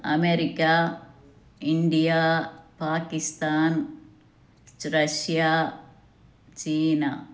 America India Pakistan சு Russia சீனா